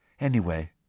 Anyway